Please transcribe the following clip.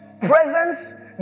presence